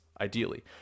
ideally